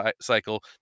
cycle